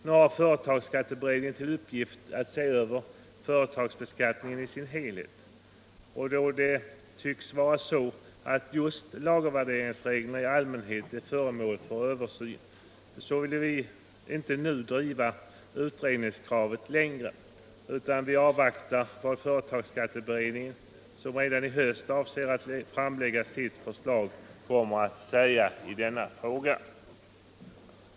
Nu har företagsskatteberedningen till uppgift att se över företagsbeskattningen i dess helhet, och då det tycks vara så att just lagervärderingsreglerna i allmänhet är föremål för översyn, så vill vi inte nu driva utredningskravet längre, utan avvaktar vad företagsskatteberedningen, som redan i höst avser att framlägga sitt förslag, kommer att säga.